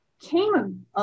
came